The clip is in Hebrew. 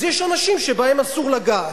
אז יש אנשים שבהם אסור לגעת.